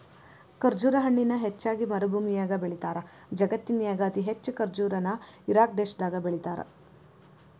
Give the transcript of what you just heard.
ಖರ್ಜುರ ಹಣ್ಣನ ಹೆಚ್ಚಾಗಿ ಮರಭೂಮ್ಯಾಗ ಬೆಳೇತಾರ, ಜಗತ್ತಿನ್ಯಾಗ ಅತಿ ಹೆಚ್ಚ್ ಖರ್ಜುರ ನ ಇರಾಕ್ ದೇಶದಾಗ ಬೆಳೇತಾರ